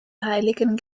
heiligen